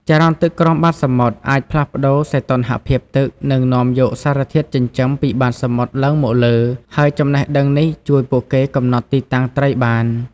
ចរន្តទឹកក្រោមបាតសមុទ្រអាចផ្លាស់ប្តូរសីតុណ្ហភាពទឹក និងនាំយកសារធាតុចិញ្ចឹមពីបាតសមុទ្រឡើងមកលើ ហើយចំណេះដឹងនេះជួយពួកគេកំណត់ទីតាំងត្រីបាន។